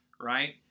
right